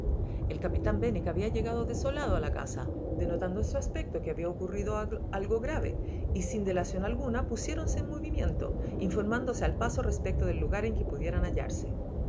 el capitán benwick había llegado desolado a la casa denotando en su aspecto que había ocurrido algo grave y sin dilación alguna pusiéronse en movimiento informándose al paso respecto del lugar en que pudieran hallarse el